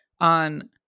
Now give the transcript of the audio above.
on